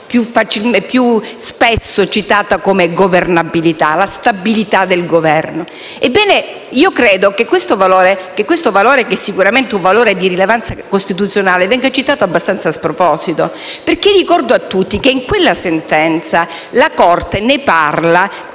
più spesso citata come governabilità, la stabilità del Governo. Ebbene, credo che questo valore, che è sicuramente di rilevanza costituzionale, venga citato abbastanza a sproposito. Ricordo a tutti che in quella sentenza la Corte ne parla